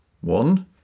One